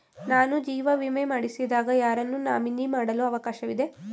ನಾನು ಜೀವ ವಿಮೆ ಮಾಡಿಸಿದಾಗ ಯಾರನ್ನು ನಾಮಿನಿ ಮಾಡಲು ಅವಕಾಶವಿದೆ?